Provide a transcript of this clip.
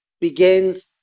begins